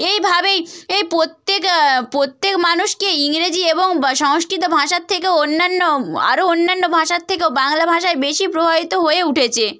এইভাবেই এই প্রত্যেক প্রত্যেক মানুষকে ইংরেজি এবং বা সংস্কৃত ভাষার থেকে অন্যান্য আরও অন্যান্য ভাষার থেকেও বাংলা ভাষায় বেশি প্রভাবিত হয়ে উঠেছে